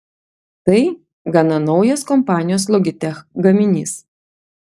tai gana naujas kompanijos logitech gaminys